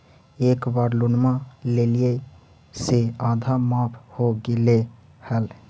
एक बार लोनवा लेलियै से आधा माफ हो गेले हल?